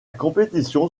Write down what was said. compétition